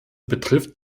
betrifft